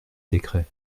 décrets